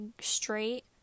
straight